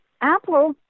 Apple